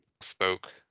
spoke